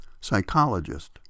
psychologist